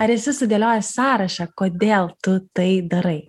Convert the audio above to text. ar esi sudėliojęs sąrašą kodėl tu tai darai